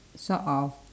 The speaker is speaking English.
sort of